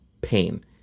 pain